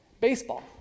baseball